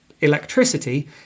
electricity